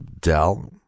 dell